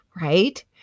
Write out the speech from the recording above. right